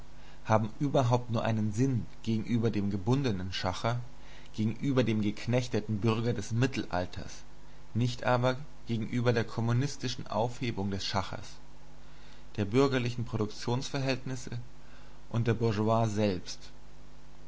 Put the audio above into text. haben überhaupt nur einen sinn gegenüber dem gebundenen schacher gegenüber dem geknechteten bürger des mittelalters nicht aber gegenüber der kommunistischen aufhebung des schachers der bürgerlichen produktionsverhältnisse und der bourgeoisie selbst